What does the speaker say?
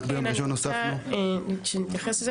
רק ביום ראשון הוספנו --- אני רוצה להתייחס לזה.